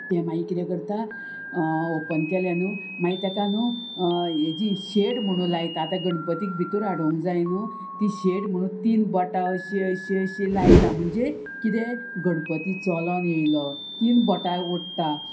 ते मागीर कितें करता ओपन केलें न्हू मागीर ताका न्हू हेजी शेड म्हणून लायता आतां गणपतीक भितर हाडूंक जाय न्हू ती शेड म्हणून तीन बोटां अशी अशी अशी लायता म्हणजे किदें गणपती चलोन येयलो तीन बोटां ओडटा